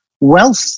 wealth